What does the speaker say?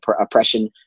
oppression